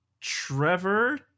trevor